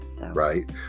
Right